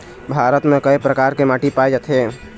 भारत म कय प्रकार के माटी पाए जाथे?